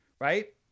Right